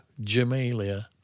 Jamelia